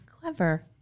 clever